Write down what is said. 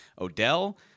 Odell